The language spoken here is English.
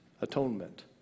atonement